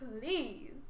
Please